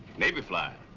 navy flyer.